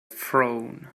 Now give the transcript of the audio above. throne